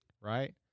right